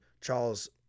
Charles